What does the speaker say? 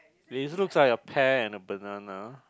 which looks like a pear and a banana